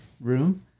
room